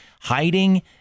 hiding